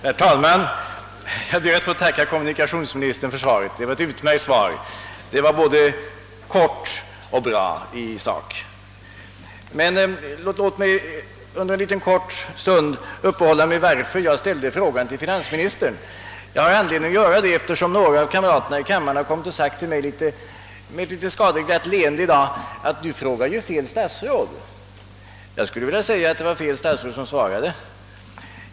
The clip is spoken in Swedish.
Herr talman! Jag ber att få tacka kommunikationsministern för svaret. Det var ett utmärkt svar; det var både kort och bra i sak. Men låt mig ett ögonblick motivera att jag ställde frågan till finansministern. Jag har anledning att göra det, eftersom några av kamraterna i kammaren har sagt till mig i dag med ett litet skadeglatt leende, att jag frågat fel statsråd. Jag skulle vilja säga att det var fel statsråd som svarade.